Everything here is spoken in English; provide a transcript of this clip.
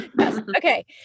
okay